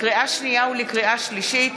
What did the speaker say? לקריאה שנייה ולקריאה שלישית,